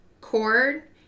cord